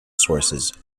sources